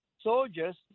soldiers